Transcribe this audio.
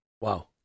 Wow